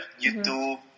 YouTube